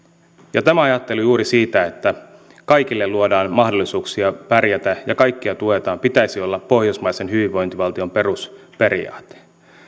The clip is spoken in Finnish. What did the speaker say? tämän ajattelun juuri siitä että kaikille luodaan mahdollisuuksia pärjätä ja kaikkia tuetaan pitäisi olla pohjoismaisen hyvinvointivaltion perusperiaate